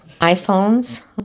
iPhones